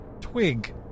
Twig